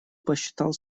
посчитал